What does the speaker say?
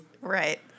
Right